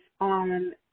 on